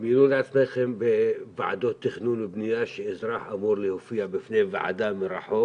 דמיינו לעצמכם בוועדות תכנון ובנייה שאזרח אמור להופיע בפני ועדה מרחוק